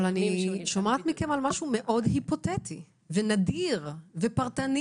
אבל אני שומעת מכם על משהו מאוד היפותטי ונדיר ופרטני.